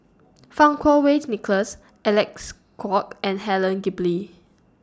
Fang Kuo Wei's Nicholas Alec's Kuok and Helen Gilbey